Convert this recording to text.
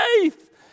faith